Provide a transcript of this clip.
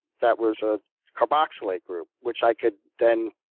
that was a carboxylate group, which i could then